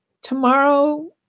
tomorrow